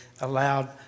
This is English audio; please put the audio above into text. allowed